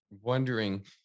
wondering